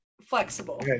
flexible